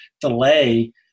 delay